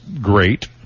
great